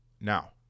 now